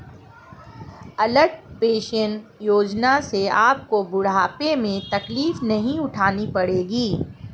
अटल pension Yojana से आपको बुढ़ापे में तकलीफ नहीं उठानी पड़ेगी